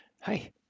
Hi